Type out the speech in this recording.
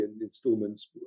installments